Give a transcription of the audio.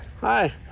Hi